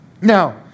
Now